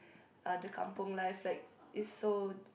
uh the kampung life like is so